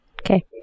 okay